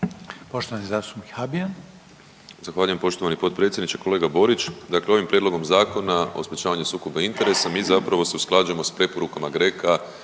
**Habijan, Damir (HDZ)** Zahvaljujem poštovani potpredsjedniče. Kolega Borić, dakle ovim Prijedlogom Zakona o sprječavanju sukoba interesa mi zapravo se usklađujemo s preporukama GRECO-a